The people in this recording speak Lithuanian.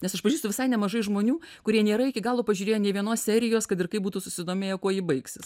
nes aš pažįstu visai nemažai žmonių kurie nėra iki galo pažiūrėję nė vienos serijos kad ir kaip būtų susidomėję kuo ji baigsis